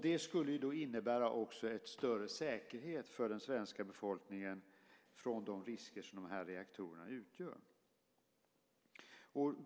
Det skulle innebära en större säkerhet för den svenska befolkningen med tanke på de risker som reaktorerna utgör.